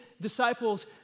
disciples